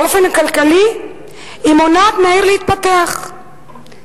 היא מונעת מהעיר להתפתח באופן כלכלי.